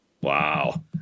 Wow